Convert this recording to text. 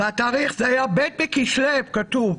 והתאריך היה ב' בכסלו, כתוב.